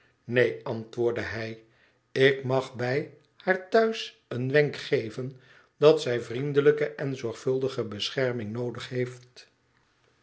neen antwoordde hij ik mag bij haar thuis een wenk geven dat zij vriendelijke en zorgvuldige bescherming noodig heeft